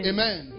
Amen